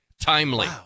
Timely